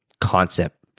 concept